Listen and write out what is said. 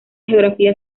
geografía